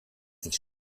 nicht